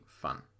fun